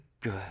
good